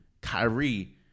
Kyrie